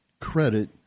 credit